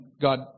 God